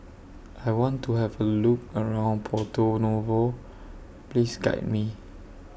I want to Have A Look around Porto Novo Please Guide Me